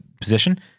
position